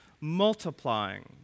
multiplying